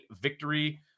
victory